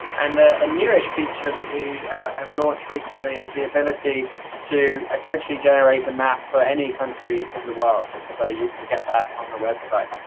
and a newish feature that we have launched, recently, is the ability to essentially generate a map for any country in the world. and so, you can get that on the website.